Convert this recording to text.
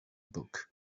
book